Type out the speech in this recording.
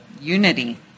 unity